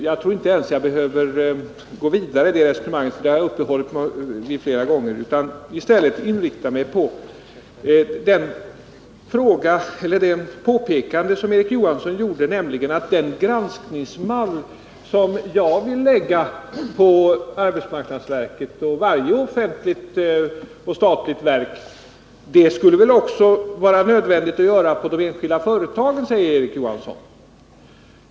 Jag tror inte ens jag behöver gå vidare i det resonemanget — jag har uppehållit mig vid detta flera gånger — utan skall i stället inrikta mig på det påpekande som Erik Johansson gjorde om den granskningsmall som jag vill lägga på arbetsmarknadsverket och varje annan offentlig verksamhet. Det vore väl i så fall nödvändigt också i fråga om de enskilda företagen, sade Erik Johansson.